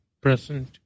Present